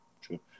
True